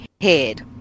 head